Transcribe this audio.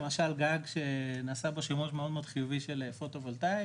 למשל גג שנעשה בו שימוש מאוד חיובי של פוטו וולטאי